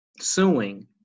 suing